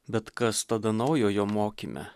bet kas tada naujojo mokyme